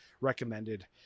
recommended